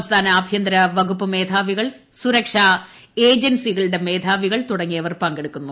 സംസ്ഥാന ആഭ്യന്തര വകുപ്പ് മേധാവികൾ സുരക്ഷ ഏജൻസികളുടെ മേധാവികൾ തുടങ്ങിയവർ പങ്കെടുക്കുന്നു